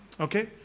Okay